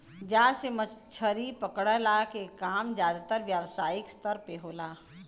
जाल से मछरी पकड़ला के काम जादातर व्यावसायिक स्तर पे होला